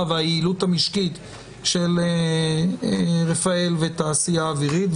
והיעילות המשקית של רפאל ושל התעשייה האווירית,